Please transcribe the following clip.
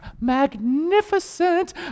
magnificent